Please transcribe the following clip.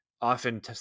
often